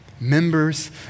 Members